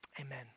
amen